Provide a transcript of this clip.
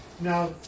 Now